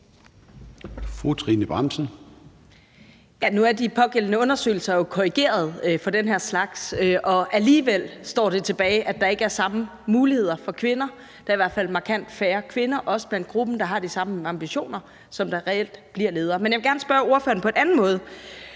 Nu er de pågældende undersøgelser jo korrigeret for den her slags, og alligevel står det tilbage, at der ikke er samme muligheder for kvinder – der er i hvert fald markant færre kvinder, også blandt gruppen, som har de samme ambitioner, der reelt bliver ledere. Men jeg vil gerne spørge ordføreren på en anden måde,